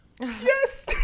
yes